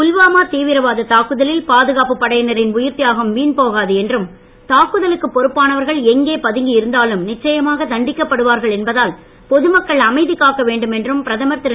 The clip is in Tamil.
புல்வாமா தீவிரவாத தாக்குதலில் பாதுகாப்பு படையினரின் உயிர் தியாகம் வீண் போகாது என்றும் தாக்குதலுக்கு பொறுப்பானர்கள் எங்கே பதுங்கி இருந்தாலும் நிச்சயமாக தண்டிக்கப்படுவார்கள் என்பதால் பொதுமக்கள் அமைதி காக்க வேண்டும் என்றும் பிரதமர் திரு